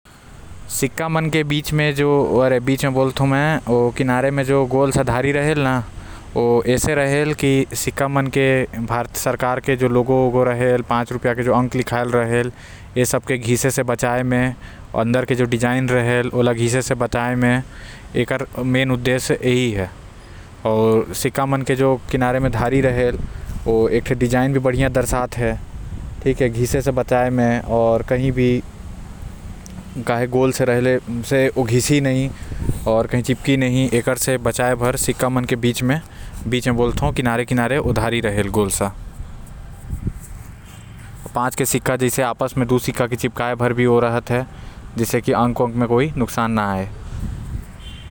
सिक्का के किनारे म जो गोल से धरी रहल ओ एल्से रहल के भारत सरकार के जो लोगों रहते ओला बचा सके। घिसे से आऊ जो गोल धार रहते ओ एक डिजाइन भी देहल यही ओकर असली उद्देश्य हे कि ओ घिसे से बचाते।